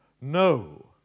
No